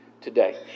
today